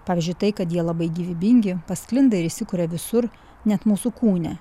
pavyzdžiui tai kad jie labai gyvybingi pasklinda ir įsikuria visur net mūsų kūne